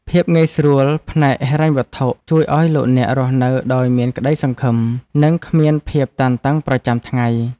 ភាពងាយស្រួលផ្នែកហិរញ្ញវត្ថុជួយឱ្យលោកអ្នករស់នៅដោយមានក្ដីសង្ឃឹមនិងគ្មានភាពតានតឹងប្រចាំថ្ងៃ។